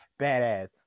badass